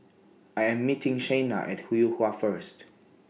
I Am meeting Shayna At Yuhua First